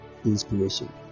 inspiration